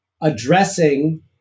addressing